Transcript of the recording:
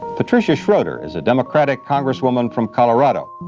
patricia schroeder is a democratic congresswoman from colorado.